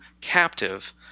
captive